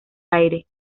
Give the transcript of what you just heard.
aire